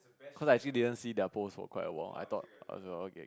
cause I actually didn't see their post for quite a while I thought I was okay